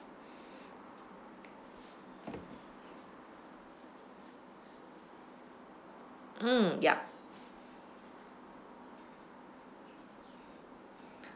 mm yup